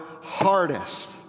hardest